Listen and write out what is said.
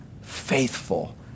faithful